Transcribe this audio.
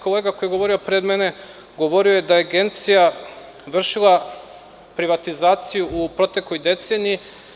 Kolega koji je govorio pre mene, govorio je da je Agencija vršila privatizaciju u protekloj deceniji.